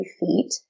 feet